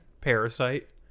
Parasite